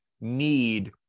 need